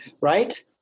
right